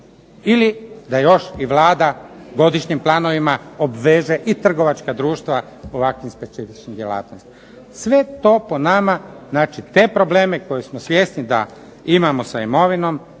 ili da još i Vlada godišnjim planovima obveže i trgovačka društva ovakvim specifičnim djelatnostima. Sve to po nama znači te probleme koji smo svjesni da imamo sa imovinom,